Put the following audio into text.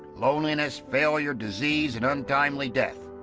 loneliness, failure, disease and untimely death,